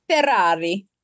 Ferrari